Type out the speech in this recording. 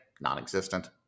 non-existent